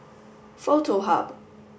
Foto Hub